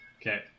Okay